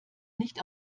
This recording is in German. nicht